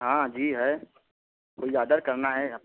हाँ जी है कोई ऑर्डर करना है अप